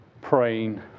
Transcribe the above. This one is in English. praying